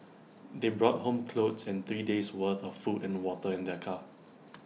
they brought home clothes and three days' worth of food and water in their car